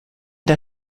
der